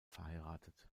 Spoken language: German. verheiratet